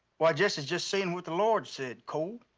why, jesse's just saying what the lord said, cole.